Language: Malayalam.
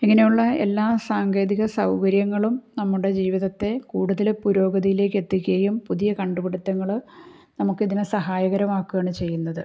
ഇങ്ങനെയുള്ള എല്ലാ സാങ്കേതിക സൗകര്യങ്ങളും നമ്മടെ ജീവിതത്തെ കൂടുതൽ പുരോഗതിയിലേക്ക് എത്തിക്കുകയും പുതിയ കണ്ടുപിടുത്തങ്ങൾ നമുക്ക് ഇതിനു സഹായകരമാക്കുകാണ് ചെയ്യുന്നത്